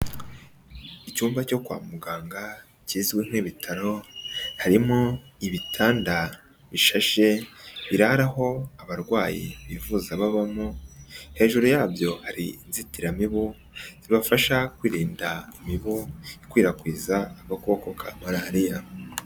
Icyumba cyo kwa muganga kizwi nk'ibitaro, harimo ibitanda bishashe birara aho abarwayi bivuza babamo, hejuru yabyo hari inzitiramibu zibafasha kwirinda imibu ikwirakwiza agakoko ka malariya.